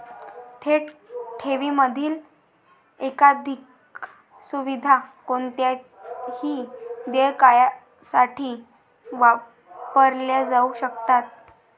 थेट ठेवींमधील एकाधिक सुविधा कोणत्याही देयकासाठी वापरल्या जाऊ शकतात